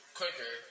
quicker